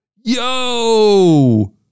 Yo